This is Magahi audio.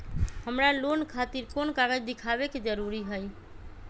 हमरा लोन खतिर कोन कागज दिखावे के जरूरी हई?